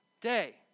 day